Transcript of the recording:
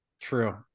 True